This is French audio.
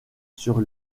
sur